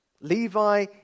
Levi